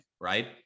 right